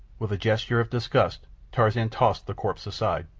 with a gesture of disgust tarzan tossed the corpse aside.